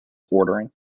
ordering